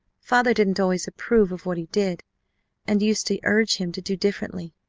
father didn't always approve of what he did and used to urge him to do differently.